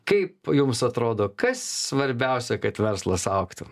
kaip jums atrodo kas svarbiausia kad verslas augtų